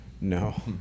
no